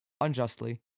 unjustly